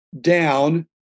down